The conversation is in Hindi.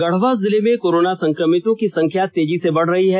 गढ़वा जिले में कोरोना संक्रमितो की संख्या तेजी से बढ़ रही है